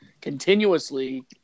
Continuously